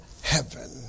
heaven